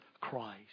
Christ